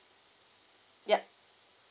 yup